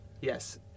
Yes